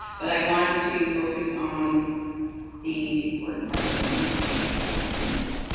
but i want to focus on the important parts. and now i can't get the slide to move.